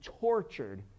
tortured